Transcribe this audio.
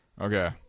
Okay